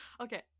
okay